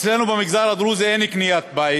אצלנו במגזר הדרוזי אין קניית בית,